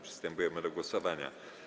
Przystępujemy do głosowania.